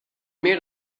meer